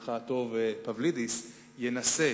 ידידך הטוב פבלידיס, ינסה